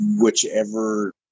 whichever